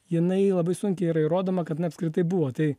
jinai labai sunkiai yra įrodoma kad na apskritai buvo tai